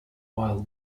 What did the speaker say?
while